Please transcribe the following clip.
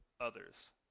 others